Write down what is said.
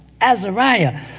Azariah